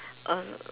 oh s~